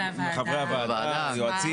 חברי הוועדה, היועצים.